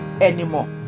anymore